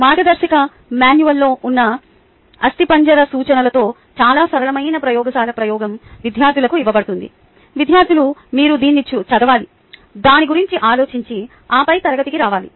మార్గదర్శక మాన్యువల్లో ఉన్న అస్థిపంజర సూచనలతో చాలా సరళమైన ప్రయోగశాల ప్రయోగం విద్యార్థులకు ఇవ్వబడుతుంది విద్యార్థులు మీరు దీన్ని చదవాలి దాని గురించి ఆలోచించి ఆపై తరగతికి రావాలి